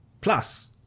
Plus